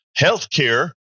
healthcare